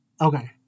Okay